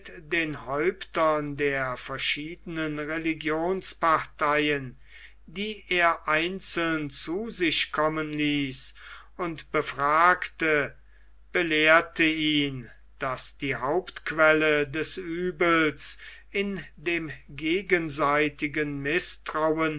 den häuptern der verschiedenen religionsparteien die er einzeln zu sich kommen ließ und befragte belehrte ihn daß die hauptquelle des uebels in dem gegenseitigen mißtrauen